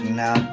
now